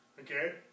Okay